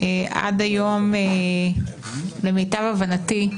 עד היום, למיטב הבנתי,